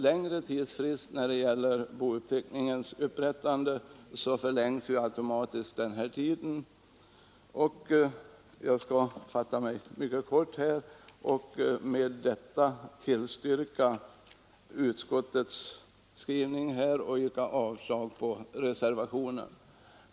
Om tiden för bouppteckningens upprättande förlängs, förlängs också automatiskt preskriptionstiden. Med detta ber jag att få yrka bifall till utskottets hemställan och avslag på reservationen.